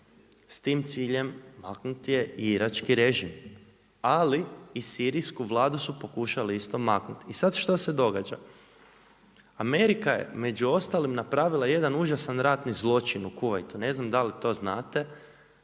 S tim ciljem maknut je i irački režim, ali i Sirijsku Vladu su pokušali isto maknuti. I sad što se događa? Amerika je među ostalima napravila jedan užasan ratni zločin u Kuvajtu, ne znam da li to znate,